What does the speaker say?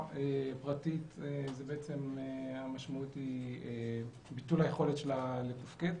פרטית היא ביטול היכולת שלה לתפקד.